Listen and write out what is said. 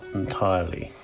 entirely